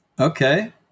Okay